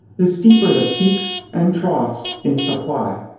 the steeper the peaks and troughs in supply.